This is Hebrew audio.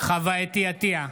חוה אתי עטייה,